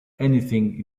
anything